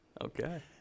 Okay